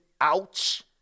ouch